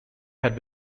had